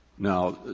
now,